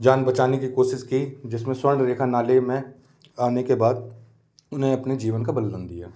जान बचाने कि कोशिश की जिस में स्वर्ण रेखा नाली में आने के बाद उन्हें अपने जीवन का बलदान दिया